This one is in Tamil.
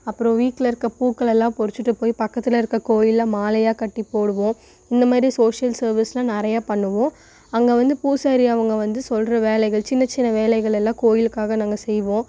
அப்பறம் வீட்டில இருக்க பூக்கள் எல்லாம் பறிச்சிட்டு போய் பக்கத்தில் இருக்க கோயில்ல மாலையாக கட்டி போடுவோம் இந்த மாரி சோஷியல் சேர்வீஸ்லாம் நிறையா பண்ணுவோம் அங்கே வந்து பூசாரி அவங்க வந்து சொல்லுற வேலைகள் சின்ன சின்ன வேலைகளெல்லாம் கோயிலுக்காக நாங்கள் செய்வோம்